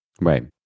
Right